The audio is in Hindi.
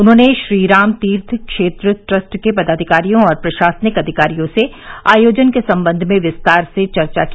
उन्होंने श्रीराम तीर्थ क्षेत्र ट्रस्ट के पदाधिकारियों और प्रशासनिक अधिकारियों से आयोजन के सम्बंध में विस्तार से चर्चा की